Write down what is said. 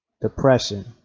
depression